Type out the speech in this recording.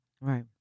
Right